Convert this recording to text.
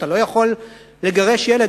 אתה לא יכול לגרש ילד,